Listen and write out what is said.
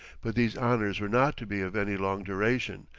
but these honours were not to be of any long duration,